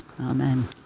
Amen